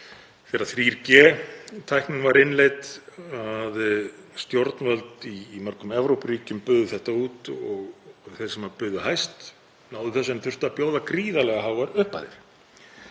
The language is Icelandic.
þegar 3G tæknin var innleidd að stjórnvöld í mörgum Evrópuríkjum buðu þetta út og þeir sem buðu hæst náðu þessu en þurftu að bjóða gríðarlega háar upphæðir.